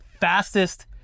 fastest